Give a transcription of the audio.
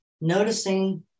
noticing